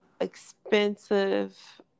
expensive